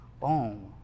boom